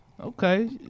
Okay